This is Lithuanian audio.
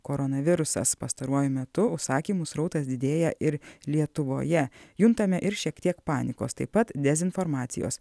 koronavirusas pastaruoju metu užsakymų srautas didėja ir lietuvoje juntame ir šiek tiek panikos taip pat dezinformacijos